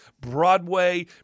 Broadway